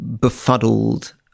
befuddled